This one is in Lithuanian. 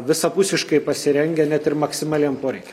visapusiškai pasirengę net ir maksimaliam poreikiui